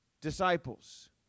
disciples